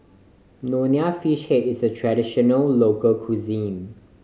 Nonya Fish Head is a traditional local cuisine